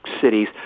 cities